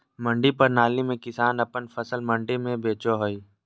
मंडी प्रणाली में किसान अपन फसल मंडी में बेचो हय